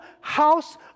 house